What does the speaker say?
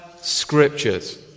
scriptures